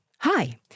Hi